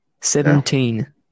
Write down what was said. Seventeen